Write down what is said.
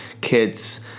kids